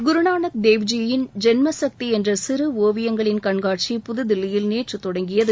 குருநானக் தேவ்ஜி யின் ஜென்ம சக்தி என்ற சிறு ஒவியங்களின் கண்காட்சி புதுதில்லியில் நேற்று தொடங்கியது